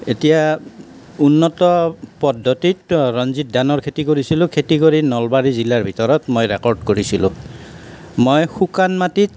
এতিয়া উন্নত পদ্ধতিত ৰঞ্জিত ধানৰ খেতি কৰিছিলোঁ খেতি কৰি নলবাৰী জিলাৰ ভিতৰত মই ৰেকৰ্ড কৰিছিলোঁ মই শুকান মাটিত